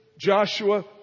Joshua